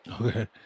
Okay